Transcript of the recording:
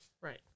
Right